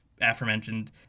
aforementioned